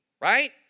Right